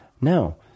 no